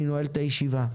אני נועל את הישיבה.